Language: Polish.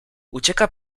ucieka